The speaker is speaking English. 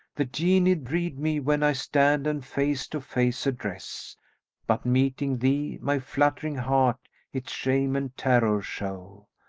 the genii dread me when i stand and face to face address but meeting thee my fluttering heart its shame and terror show.